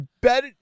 bet